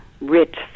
rich